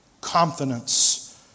confidence